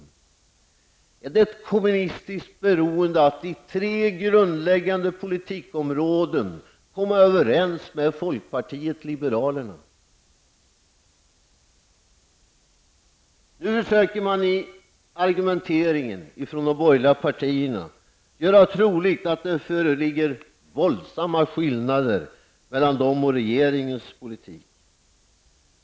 Är det kommunistiskt beroende att på tre grundläggande politiska områden komma överens med folkpartiet liberalerna? De tre borgerliga partierna försöker nu i argumenteringen göra troligt att det föreligger våldsamma skillnader mellan deras och regeringens politik.